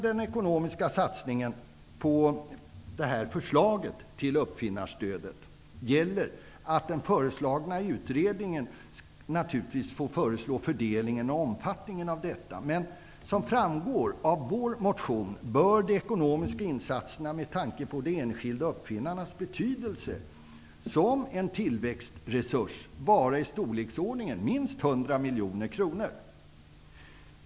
Den föreslagna utredningen får naturligtvis föreslå fördelningen och omfattningen av den ekonomiska satsningen på uppfinnarstödet. Men som framgår av Ny demokratis motion bör de ekonomiska insatserna, med tanke på de enskilda uppfinnarnas betydelse som tillväxtresurs, vara i storleksordningen minst 100 miljoner kronor.